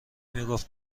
میگفت